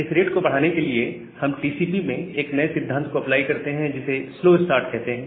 इस रेट को बढ़ाने के लिए हम टीसीपी में एक नए सिद्धांत को अप्लाई करते हैं जिसे स्लो स्टार्ट कहते हैं